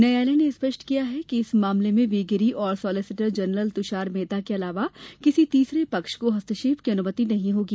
न्यायालय ने स्पष्ट किया कि इस मामले में वी गिरी और सॉलिसिटर जनरल तुषार मेहता के अलावा किसी तीसरे पक्ष को हस्तक्षेप की अनुमति नहीं होगी